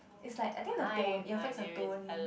is like I think the tone it affects the tone